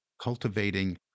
cultivating